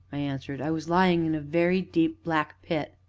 i answered i was lying in a very deep, black, pit.